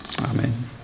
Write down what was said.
Amen